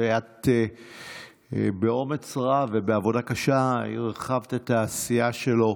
ואת באומץ רב ובעבודה קשה הרחבת את העשייה שלו,